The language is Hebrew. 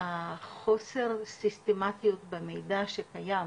החוסר סיסטמטיות במידע שקיים,